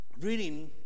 reading